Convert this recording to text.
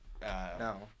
No